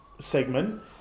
segment